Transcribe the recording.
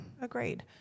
Agreed